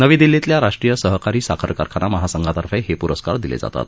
नवी दिल्लीतल्या राष्ट्रीय सहकारी साखर कारखाना महासंघातर्फे हे पुरस्कार दिले जातात